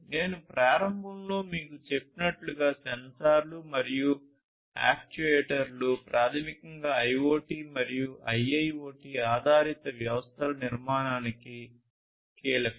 నేను ప్రారంభంలో మీకు చెప్పినట్లుగా సెన్సార్లు మరియు యాక్యుయేటర్లు ప్రాథమికంగా IoT మరియు IIoT ఆధారిత వ్యవస్థల నిర్మాణానికి కీలకం